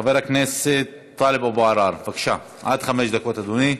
חבר הכנסת טלב אבו עראר, עד חמש דקות, אדוני.